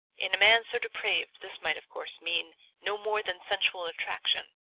in a man so depraved this might, of course, mean no more than sensual attraction.